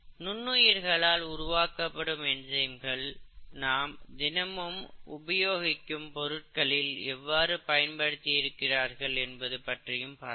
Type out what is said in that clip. நுண்ணுயிர்களால் உருவாக்கப்படும் என்சைம்கள் நாம் தினமும் உபயோகிக்கும் பொருள்களில் எவ்வாறு பயன்படுத்தி இருக்கிறார்கள் என்பது பற்றியும் பார்த்தோம்